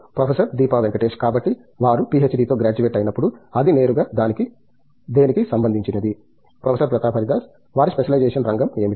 professor Deepa Venkatesh కాబట్టి వారు పీహెచ్డీతో గ్రాడ్యుయేట్ అయినప్పుడు అది నేరుగా దేనికి సంబంధించినది ప్రొఫెసర్ ప్రతాప్ హరిదాస్ వారి స్పెషలైజేషన్ రంగం ఏమిటి